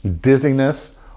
dizziness